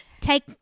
Take